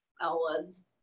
Elwoods